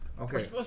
Okay